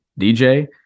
DJ